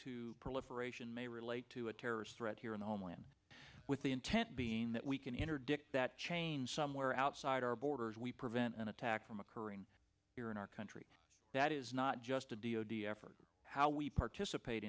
to proliferation may relate to a terrorist threat here in the homeland with the intent being that we can interdict that chain somewhere outside our borders we prevent an attack from occurring here in our country that is not just a d o d effort how we participate